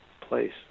place